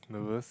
nervous